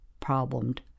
problemed